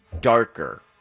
darker